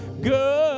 good